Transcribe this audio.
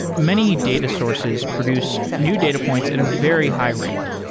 many data sources produce new data points at a very high rate,